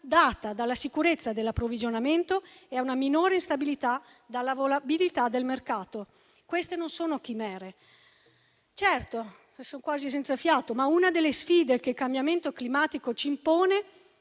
data dalla sicurezza dell'approvvigionamento e a una minore instabilità data dalla volatilità del mercato. Queste non sono chimere. Certo, una delle sfide che il cambiamento climatico ci impone